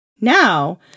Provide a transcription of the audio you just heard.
Now